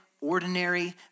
ordinary